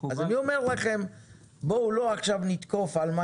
אני אומר לכם שלא נתקוף עכשיו על מה